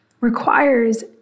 requires